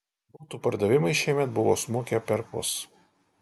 butų pardavimai šiemet buvo smukę perpus